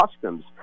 customs